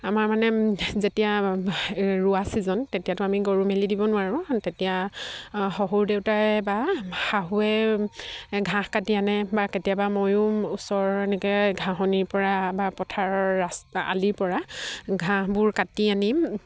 আমাৰ মানে যেতিয়া ৰোৱা ছিজন তেতিয়াতো আমি গৰু মেলি দিব নোৱাৰোঁ তেতিয়া শহুৰ দেউতাই বা শাহুৱে ঘাঁহ কাটি আনে বা কেতিয়াবা ময়ো ওচৰৰ এনেকৈ ঘাঁহনিৰ পৰা বা পথাৰৰ ৰাস্তা আলিৰ পৰা ঘাঁহবোৰ কাটি আনিম